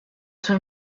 sua